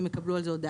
הם יקבלו על זה הודעה.